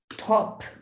top